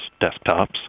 desktops